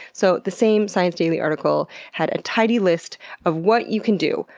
so the same science daily article had a tidy list of what you can do,